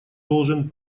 должен